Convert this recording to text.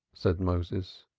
said moses.